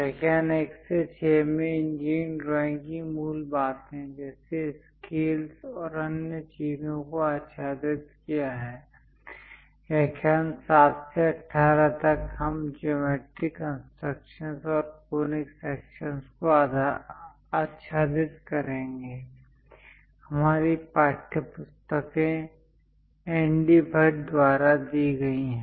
व्याख्यान 1 से 6 में इंजीनियरिंग ड्राइंग की मूल बातें जैसे स्केल्स और अन्य चीजों को आच्छादित किया है व्याख्यान 7 से 18 तक हम ज्योमेट्री कंस्ट्रक्शनस् और कॉनिक सेक्शंस को आच्छादित करेंगे हमारी पाठ्यपुस्तकें एन डी भट्ट द्वारा दी गई हैं